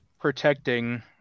protecting